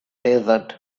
desert